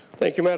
thank you but